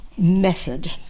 Method